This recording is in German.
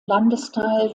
landesteil